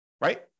right